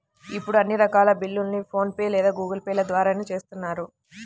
ఇప్పుడు అన్ని రకాల బిల్లుల్ని ఫోన్ పే లేదా గూగుల్ పే ల ద్వారానే చేత్తన్నారు